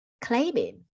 claiming